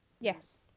yes